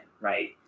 right